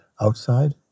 outside